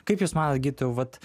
kaip jūs manot gydytojau vat